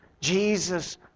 Jesus